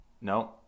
No